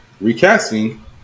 recasting